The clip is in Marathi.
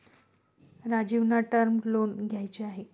राजीवना टर्म लोन घ्यायचे आहे